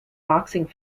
boxing